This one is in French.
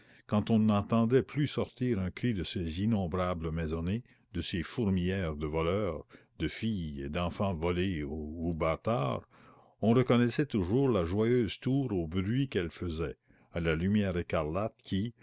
quand on n'entendait plus sortir un cri de ces innombrables maisonnées de ces fourmilières de voleurs de filles et d'enfants volés ou bâtards on reconnaissait toujours la joyeuse tour au bruit qu'elle faisait à la lumière écarlate qui